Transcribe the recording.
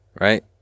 Right